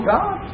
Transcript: God